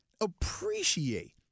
appreciate